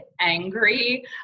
angry